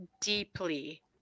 deeply